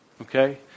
okay